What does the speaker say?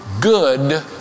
good